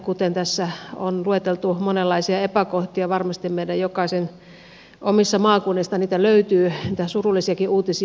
kuten tässä on lueteltu monenlaisia epäkohtia varmasti meidän jokaisen omista maakunnista löytyy niitä surullisiakin uutisia